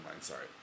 sorry